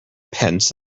pence